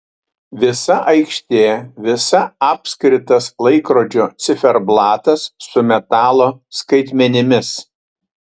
visa aikštė visa apskritas laikrodžio ciferblatas su metalo skaitmenimis